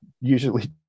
usually